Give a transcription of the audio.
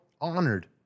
honored